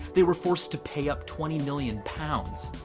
they were forced to pay up twenty million pounds.